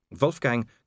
Wolfgang